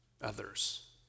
others